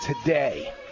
today